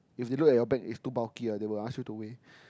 if they look at your bag is too bulky ah they will ask you to weigh